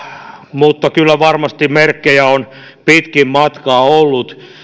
mutta kyllä varmasti merkkejä on pitkin matkaa ollut